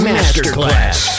Masterclass